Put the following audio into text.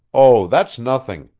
oh, that's nothing,